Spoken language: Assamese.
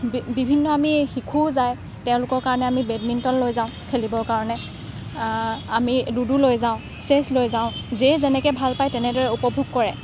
বিভিন্ন আমি শিশু যায় তেওঁলোকৰ কাৰণে আমি বেডমিণ্টন লৈ যাওঁ খেলিবৰ কাৰণে আমি লুডু লৈ যাওঁ চেছ লৈ যাওঁ যে যেনেকৈ ভাল পায় তেনেদৰে উপভোগ কৰে